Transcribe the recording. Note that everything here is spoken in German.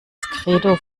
credo